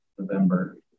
November